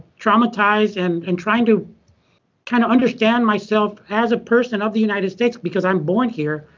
traumatized and and trying to kind of understand myself as a person of the united states, because i'm born here,